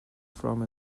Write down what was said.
from